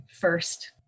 first